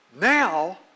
Now